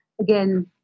Again